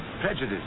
prejudice